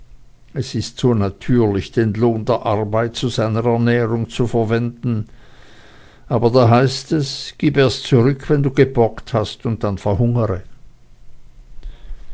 es ist so natürlich den lohn der arbeit zu seiner ernährung zu verwenden aber da heißt es gib erst zurück wenn du geborgt hast und dann verhungere